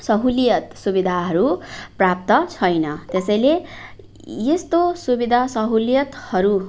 सहुलियत सुविधाहरू प्राप्त छैन त्यसैले यस्तो सुविधा सहुलियतहरू